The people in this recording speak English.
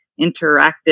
Interactive